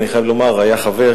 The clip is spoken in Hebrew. ואני חייב לומר היה חבר,